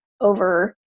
over